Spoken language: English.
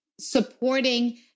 Supporting